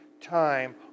time